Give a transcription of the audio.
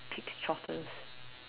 pig's trotters